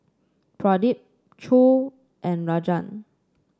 Pradip Choor and Rajan